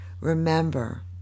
Remember